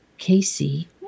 Casey